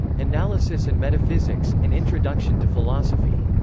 analysis and metaphysics an introduction to philosophy.